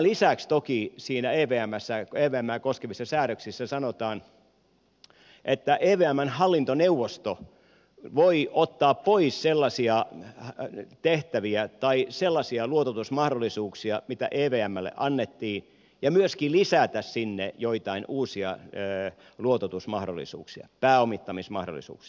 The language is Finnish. tämän lisäksi toki niissä evmää koskevissa säädöksissä sanotaan että evmn hallintoneuvosto voi ottaa pois sellaisia tehtäviä tai sellaisia luototusmahdollisuuksia mitä evmlle annettiin ja myöskin lisätä sinne joitain uusia luototusmahdollisuuksia pääomittamismahdollisuuksia